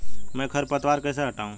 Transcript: मैं खरपतवार कैसे हटाऊं?